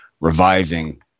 reviving